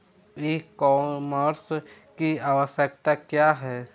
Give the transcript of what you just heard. ई कॉमर्स की आवशयक्ता क्या है?